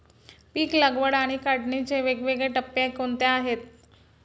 पीक लागवड आणि काढणीचे वेगवेगळे टप्पे कोणते आहेत?